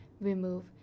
remove